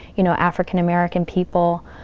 you know, african american people,